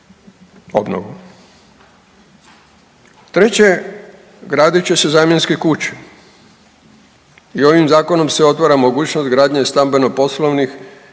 obnovu. Treće, gradit će se zamjenske kuće i ovim zakonom se otvara mogućnost gradnje stambeno poslovnih